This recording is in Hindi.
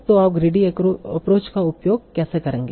तो आप ग्रीडी एप्रोच का उपयोग कैसे करेंगे